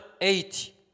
Eight